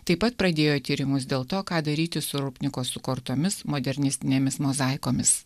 taip pat pradėjo tyrimus dėl to ką daryti su rupnikos sukurtomis modernistinėmis mozaikomis